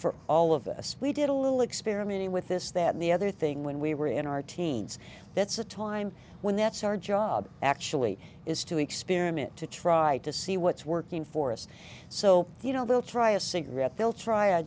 for all of us we did a little experimenting with this that the other thing when we were in our teens that's a time when that's our job actually is to experiment to try to see what's working for us so you know they'll try a cigarette they'll try a